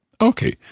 Okay